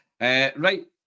right